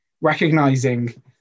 Recognizing